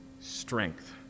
strength